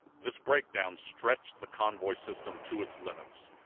this breakdown stretched the convoy system to its limits.